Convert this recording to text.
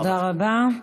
תודה רבה.